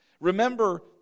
Remember